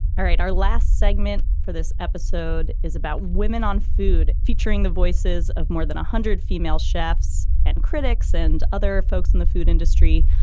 all right, our last segment for this episode is about women on food, featuring the voices of more than one hundred female chefs and critics and other folks in the food industry.